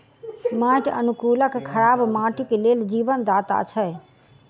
माटि अनुकूलक खराब माटिक लेल जीवनदाता छै